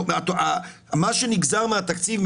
מה שנגזר מהתקציב,